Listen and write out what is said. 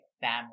family